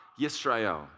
Yisrael